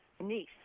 niece